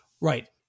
right